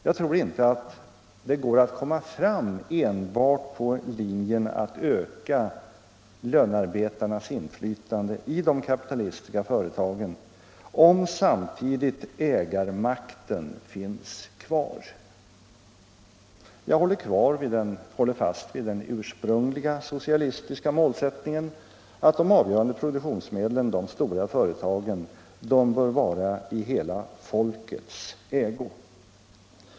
Jag tror inte att det går att komma fram enbart efter linjen att öka lönarbetarnas inflytande i de kapitalistiska företagen, om samtidigt den privata ägarmakten finns kvar. Jag håller fast vid den ursprungliga socialistiska målsättningen att de avgörande produktionsmedlen, de stora företagen, måste vara i hela folkets ägo.